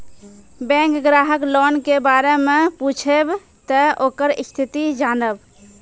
Bank ग्राहक loan के बारे मैं पुछेब ते ओकर स्थिति जॉनब?